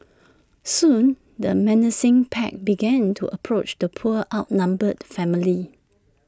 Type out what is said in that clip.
soon the menacing pack began to approach the poor outnumbered family